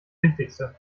wichtigste